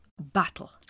battle